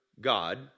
God